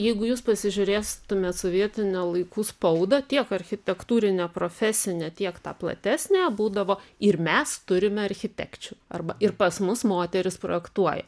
jeigu jus pasižiūrėstumėt sovietinio laikų spaudą tiek architektūrinę profesinę tiek tą platesnę būdavo ir mes turime architekčių arba ir pas mus moterys projektuoja